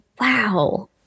wow